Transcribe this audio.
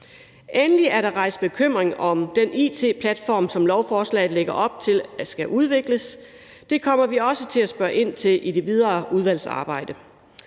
Endelig er der rejst bekymring om den it-platform, som lovforslaget lægger op til skal udvikles. Det kommer vi også til at spørge ind til i det videre udvalgsarbejde.